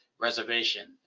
reservation